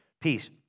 Peace